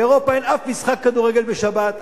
באירופה אין אף משחק כדורגל בשבת,